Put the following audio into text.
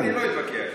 אני לא אתווכח.